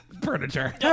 furniture